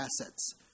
assets